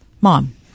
Mom